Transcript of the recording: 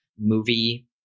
movie